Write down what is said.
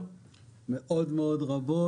פעולות רבות מאוד.